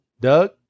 Doug